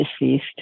deceased